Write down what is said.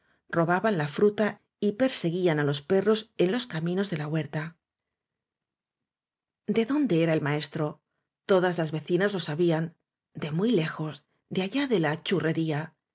robaban la fruta y perseguían á los perros en los caminos de la huerta de dónde era el maestro todas las vecinas lo sabían de muy lejos de allá de la churrería